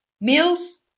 meals